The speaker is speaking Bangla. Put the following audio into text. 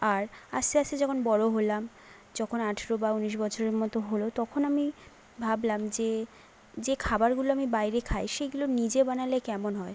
আর আস্তে আস্তে যখন বড়ো হলাম যখন আঠেরো বা উনিশ বছরের মতো হলো তখন আমি ভাবলাম যে যে খাবারগুলো আমি বাইরে খাই সেইগুলো নিজে বানালে কেমন হয়